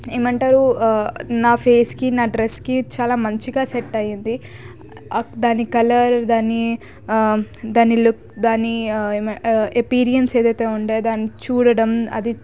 ఏమంటారు నా ఫేస్కి నా డ్రెస్కి చాలా మంచిగా సెట్ అయింది దాని కలర్ దాని లుక్ అప్పీయరెన్స్ ఏదైతే ఉండేదో చూడడం అది